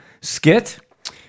skit